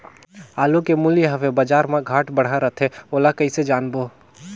आलू के मूल्य हवे बजार मा घाट बढ़ा रथे ओला कइसे जानबो?